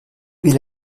will